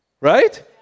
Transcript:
Right